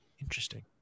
Interesting